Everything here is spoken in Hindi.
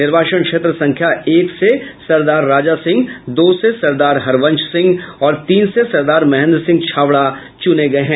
निर्वाचन क्षेत्र संख्या एक से सरदार राजा सिंह दो से सरदार हरवंश और तीन से सरदार महेंद्र सिंह छावड़ा चुने गये हैं